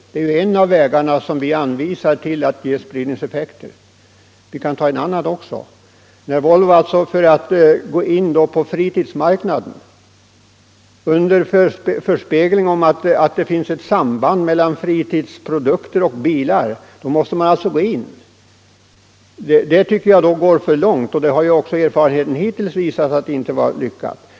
Detta är ju en av de vägar som vi anvisar för att ge spridningseffekter. Det andra exemplet gäller Volvos inträde på fritidsmarknaden under förespegling att det finns ett samband mellan fritidsprodukter och bilar. Då måste man alltså köpa in företag på fritidsmarknaden, men det tycker jag går för långt. Erfarenheten hittills har också visat att det inte var lyckat.